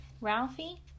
Ralphie